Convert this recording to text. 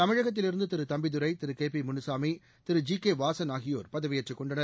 தமிழகத்திலிருந்து Thiru Thambidurai Thiru K P Munusamy Thiru G K Vasan ஆகியோா் பதவியேற்றுக் கொண்டனர்